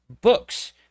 books